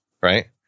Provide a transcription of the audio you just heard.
right